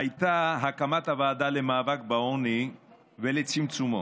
הייתה הקמת הוועדה למאבק בעוני ולצמצומו.